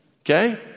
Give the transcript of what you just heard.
okay